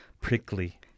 prickly